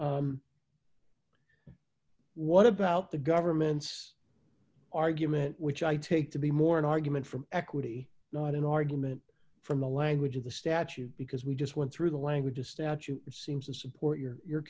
concern what about the government's argument which i take to be more an argument from equity not an argument from the language of the statute because we just went through the language a statute seems to support your